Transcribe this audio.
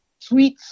tweets